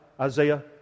Isaiah